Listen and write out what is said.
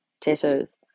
tattoos